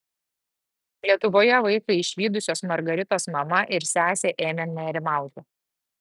lietuvoje vaiką išvydusios margaritos mama ir sesė ėmė nerimauti